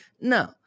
No